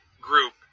group